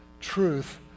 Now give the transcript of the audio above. truth